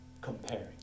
comparing